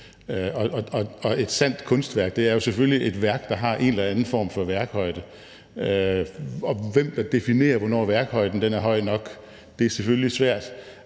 Et sandt kunstværk er jo selvfølgelig et værk, der har en eller anden form for værkhøjde, og hvem der definerer, hvornår værkhøjden er høj nok, er selvfølgelig svært